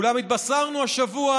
אולם התבשרנו השבוע